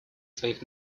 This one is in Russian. своих